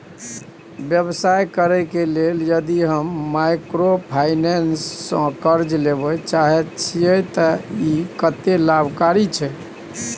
व्यवसाय करे के लेल यदि हम माइक्रोफाइनेंस स कर्ज लेबे चाहे छिये त इ कत्ते लाभकारी छै?